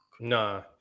nah